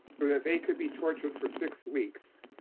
sort of they could be tortured for six weeks,